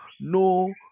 no